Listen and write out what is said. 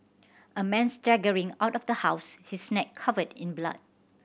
a man staggering out of the house his neck covered in blood